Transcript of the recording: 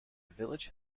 village